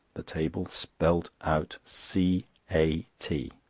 the table spelled out c a t.